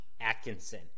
atkinson